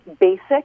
basic